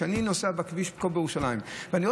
כשאני נוסע בכביש פה בירושלים ואני רואה